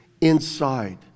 inside